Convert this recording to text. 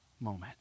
moment